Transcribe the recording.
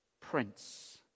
Prince